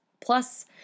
Plus